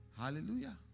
Hallelujah